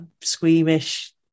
squeamish